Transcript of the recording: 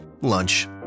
Lunch